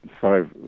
five